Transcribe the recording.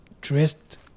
dressed